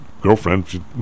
girlfriend